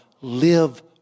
live